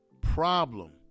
problem